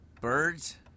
Birds